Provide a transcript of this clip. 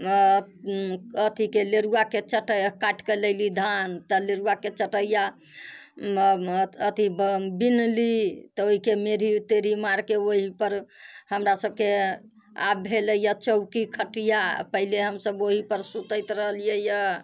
अथीके लेरुआके चटाइ काटिके लैली धान तऽ लेरुआके चटैया अथी बिनली तऽ ओइके मेढ़ी तेढ़ी मारिके ओइपर हमरा सबके आब भेलैए चौकी खटिया पहिले हमसब ओहीपर सुतैत रहलियै